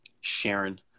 Sharon